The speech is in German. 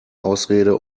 ausrede